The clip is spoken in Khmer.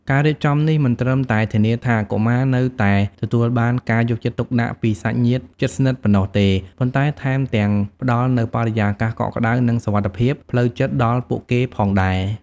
ការរៀបចំនេះមិនត្រឹមតែធានាថាកុមារនៅតែទទួលបានការយកចិត្តទុកដាក់ពីសាច់ញាតិជិតស្និទ្ធប៉ុណ្ណោះទេ ប៉ុន្តែថែមទាំងផ្ដល់នូវបរិយាកាសកក់ក្តៅ និងសុវត្ថិភាពផ្លូវចិត្តដល់ពួកគេផងដែរ។